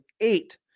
eight